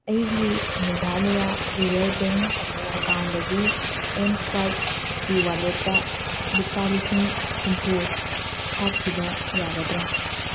ꯑꯩꯒꯤ Meghalaya rural bank ꯑꯦꯀꯥꯎꯟꯗꯒꯤ ꯑꯦꯝ ꯁ꯭ꯋꯥꯏꯞꯀꯤ ꯋꯥꯜꯂꯦꯠꯇ ꯂꯨꯄꯥ ꯂꯤꯁꯤꯡ ꯍꯨꯝꯐꯨ ꯍꯥꯞꯈꯤꯕ ꯌꯥꯒꯗ꯭ꯔ